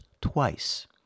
twice